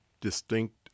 distinct